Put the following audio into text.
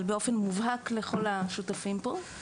אבל באופן מובהק גם לכל השותפים פה.